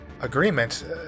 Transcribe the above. agreement